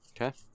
okay